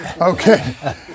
Okay